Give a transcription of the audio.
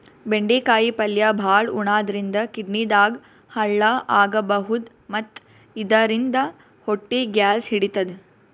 ಬೆಂಡಿಕಾಯಿ ಪಲ್ಯ ಭಾಳ್ ಉಣಾದ್ರಿನ್ದ ಕಿಡ್ನಿದಾಗ್ ಹಳ್ಳ ಆಗಬಹುದ್ ಮತ್ತ್ ಇದರಿಂದ ಹೊಟ್ಟಿ ಗ್ಯಾಸ್ ಹಿಡಿತದ್